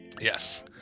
Yes